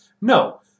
No